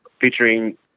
featuring